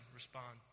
respond